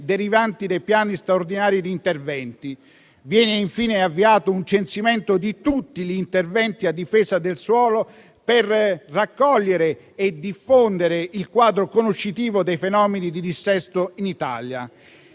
derivanti dai piani straordinari di interventi. Viene infine avviato un censimento di tutti gli interventi a difesa del suolo per raccogliere e diffondere il quadro conoscitivo dei fenomeni di dissesto in Italia.